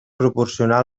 proporcionar